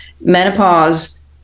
Menopause